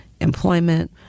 employment